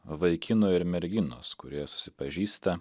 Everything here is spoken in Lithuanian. vaikino ir merginos kurie susipažįsta